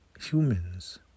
humans